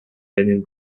lenin